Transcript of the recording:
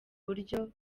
buryo